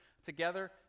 Together